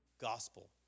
gospel